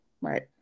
right